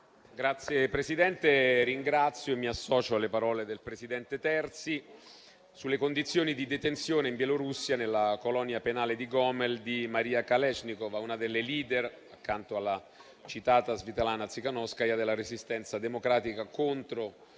Signor Presidente, ringrazio e mi associo alle parole del presidente Terzi sulle condizioni di detenzione in Bielorussia, nella colonia penale di Gomel, di Maria Kalesnikava, una delle *leader*, accanto alla citata Svjatlana Tsikhanouskaya, della resistenza democratica contro